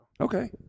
Okay